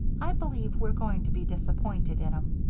i b'lieve we're going to be disappointed in em.